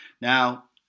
Now